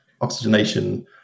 oxygenation